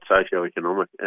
socio-economic